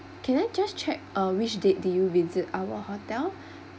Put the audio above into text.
can I just check uh which date did you visit our hotel